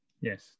Yes